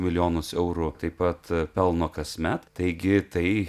milijonus eurų taip pat pelno kasmet taigi tai